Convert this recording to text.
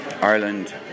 Ireland